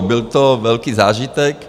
Byl to velký zážitek.